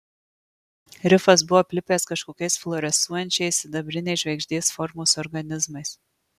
rifas buvo aplipęs kažkokiais fluorescuojančiais sidabriniais žvaigždės formos organizmais